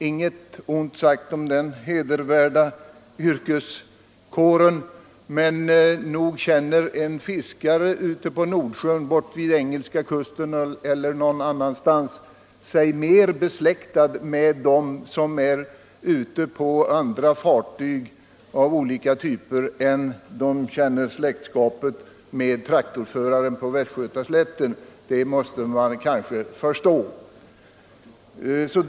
Inget ont sagt om den hedervärda yrkeskåren, men nog känner en fiskare ute på Nordsjön, kanske borta vid engelska kusten eller någon annanstans, sig mer besläktad med dem som är ute på andra fartyg av olika typer än de känner släktskapen med traktorföraren på Västgötaslätten, det får man kanske förstå.